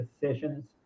decisions